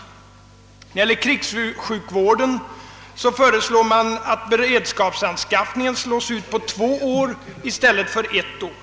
När det gäller krigssjukvården föreslår man att beredskapsanskaffningen slås ut på två år i stället för ett år.